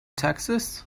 texas